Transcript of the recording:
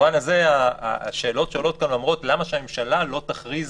במובן הזה, השאלות שאומרות: למה שהממשלה לא תכריז